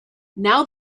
now